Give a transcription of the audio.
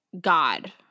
God